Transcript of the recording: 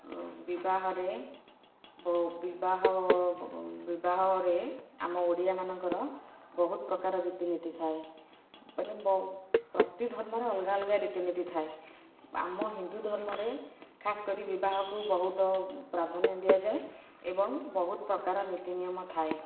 ବିବାହରେ ବିବାହ ବିବାହରେ ଆମ ଓଡ଼ିଆମାନଙ୍କର ବହୁତ ପ୍ରକାର ରୀତିନୀତି ଥାଏ ମାନେ ବ ପ୍ରତି ଧର୍ମରେ ଅଲଗା ଅଲଗା ରୀତିନୀତି ଥାଏ ଆମ ହିନ୍ଦୁ ଧର୍ମରେ ଖାସ୍ କରି ବିବାହକୁ ବହୁତ ପ୍ରାଧାନ୍ୟ ଦିଆଯାଏ ଏବଂ ବହୁତ ପ୍ରକାର ନୀତି ନିୟମ ଥାଏ